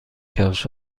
کفش